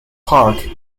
park